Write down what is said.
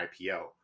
IPO